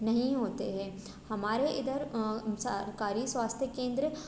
नहीं होते हैं हमारे इधर सरकारी स्वास्थ्य केंद्र